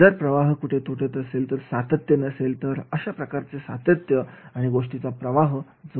जर कुठे प्रवाह तुटत असेल सातत्य नसेल तर अशा प्रकारचे सातत्य आणि गोष्टीचा प्रवाह जोडणे गरजेचे आहे